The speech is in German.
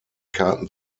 karten